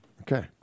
Okay